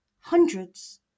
hundreds